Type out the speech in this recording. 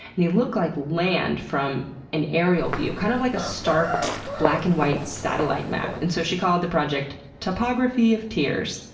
they look like land from an aerial view, kind of like a stark black and white satellite map, and so she called the project, topography of tears.